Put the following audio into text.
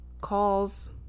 calls